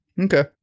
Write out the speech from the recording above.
Okay